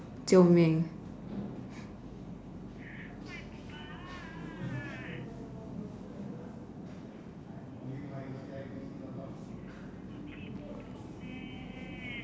救命